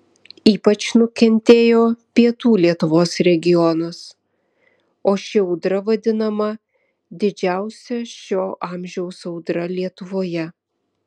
ypač nukentėjo pietų lietuvos regionas o ši audra vadinama didžiausia šio amžiaus audra lietuvoje